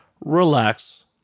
relax